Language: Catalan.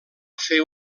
fer